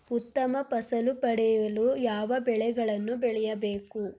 ಉತ್ತಮ ಫಸಲು ಪಡೆಯಲು ಯಾವ ಬೆಳೆಗಳನ್ನು ಬೆಳೆಯಬೇಕು?